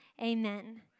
Amen